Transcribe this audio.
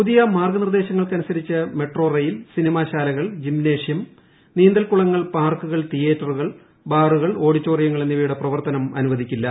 പുതിയ മാർഗ്ഗനിർദ്ദേശങ്ങളനുസരിച്ച് metro rail cinema ശാലകൾ ജിംനേഷ്യം നീന്തൽക്കുളങ്ങൾ പാർക്കുകൾ തിയേറ്ററുകൾ ബാറുകൾ ഓഡിറ്റോറിയങ്ങൾ എന്നിവയുടെ പ്രവർത്തനം അനുവദിക്കില്ല